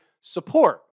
support